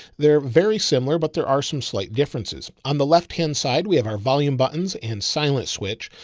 they're very similar, but there are some slight differences on the left-hand side, we have our volume buttons and silent switch,